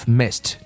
missed